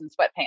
sweatpants